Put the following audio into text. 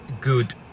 good